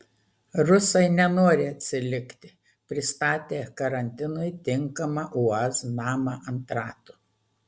rusai nenori atsilikti pristatė karantinui tinkamą uaz namą ant ratų